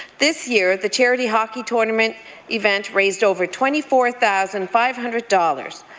this year, the charity hockey tournament event raised over twenty four thousand five hundred dollars,